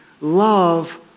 love